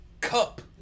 cup